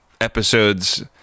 episodes